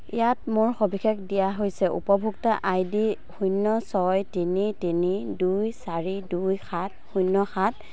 ইয়াত মোৰ সবিশেষ দিয়া হৈছে উপভোক্তা আই ডি শূন্য ছয় তিনি তিনি দুই চাৰি দুই সাত শূন্য সাত